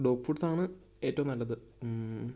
dog foods ആണ് ഏറ്റവും നല്ലത്